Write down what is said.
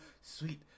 sweet